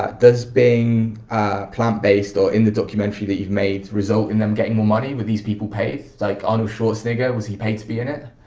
does being plant-based, or in the documentary that you've made, result in them getting more money? were these people paid? like arnold schwarzenegger, was he paid to be in it?